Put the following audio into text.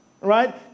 right